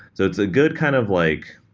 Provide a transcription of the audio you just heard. so it's a good kind of like,